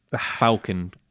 Falcon